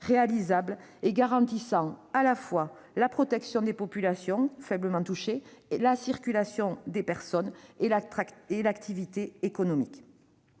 réalisables ; elles auraient garanti à la fois la protection des populations faiblement touchées, la circulation des personnes et l'activité économique.